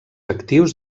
actius